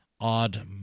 odd